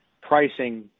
pricing